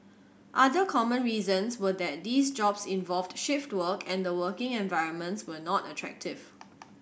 other common reasons were that these jobs involved shift work and the working environments were not attractive